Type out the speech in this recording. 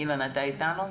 במשרד הרווחה.